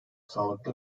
sağlıklı